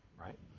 right